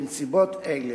בנסיבות אלה,